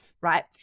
Right